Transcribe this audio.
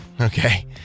Okay